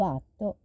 atto